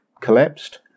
collapsed